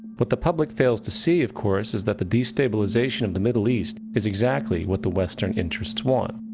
what the public fails to see, of course, is that the destabilization of the middle east is exactly what the western interests want.